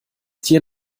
tier